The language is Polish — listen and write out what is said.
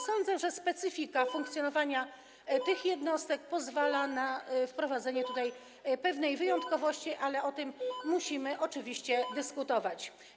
Sądzę, że specyfika funkcjonowania tych jednostek pozwala na wprowadzenie tutaj pewnej wyjątkowości, ale o tym musimy oczywiście dyskutować.